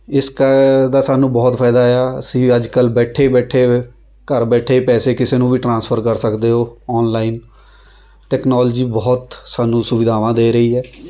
ਇਸ ਕਾ ਦਾ ਸਾਨੂੰ ਬਹੁਤ ਫਾਇਦਾ ਆ ਅਸੀਂ ਅੱਜ ਕੱਲ੍ਹ ਬੈਠੇ ਬੈਠੇ ਘਰ ਬੈਠੇ ਪੈਸੇ ਕਿਸੇ ਨੂੰ ਵੀ ਟ੍ਰਾਂਸਫਰ ਕਰ ਸਕਦੇ ਹੋ ਔਨਲਾਈਨ ਤੈਕਨੋਲਜੀ ਬਹੁਤ ਸਾਨੂੰ ਸੁਵਿਧਾਵਾਂ ਦੇ ਰਹੀ ਹੈ